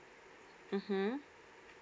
mm hmm